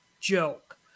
joke